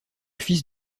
fils